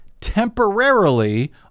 temporarily